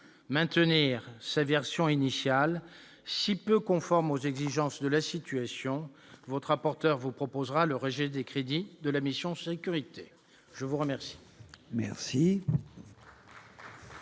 maintenir sa version initiale, si peu conforme aux exigences de la situation, votre rapporteur vous proposera le rejet des crédits de la mission sécurité je vous remets.